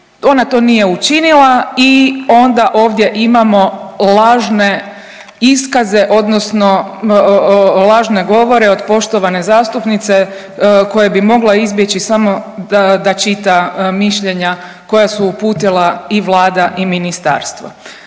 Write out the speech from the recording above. ona to nije učinila i onda ovdje imamo lažne iskaze odnosno lažne govore od poštovane zastupnice koja bi mogla izbjeći samo da čita mišljenja koja su uputila i Vlada i ministarstvo.